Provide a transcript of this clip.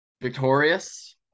Victorious